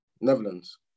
Netherlands